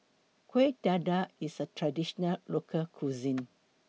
Kueh Dadar IS A Traditional Local Cuisine